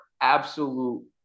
absolute